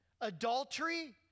Adultery